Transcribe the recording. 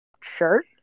shirt